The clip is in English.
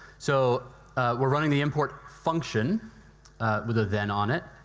so we're rubbing the import function with a then on it,